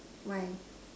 why